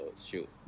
shoot